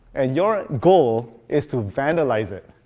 and your goal is to vandalize it,